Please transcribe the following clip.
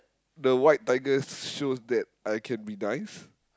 the white tiger shows that I can be nice